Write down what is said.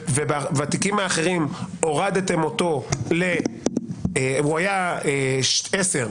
ובתיקים האחרים הוא היה 10%,